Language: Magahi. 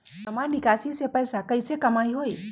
जमा निकासी से पैसा कईसे कमाई होई?